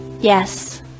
yes